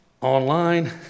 online